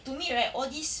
to me right all these